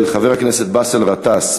של חבר הכנסת באסל גטאס,